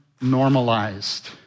normalized